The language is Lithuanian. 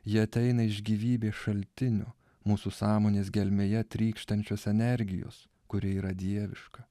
jie ateina iš gyvybės šaltinio mūsų sąmonės gelmėje trykštančios energijos kuri yra dieviška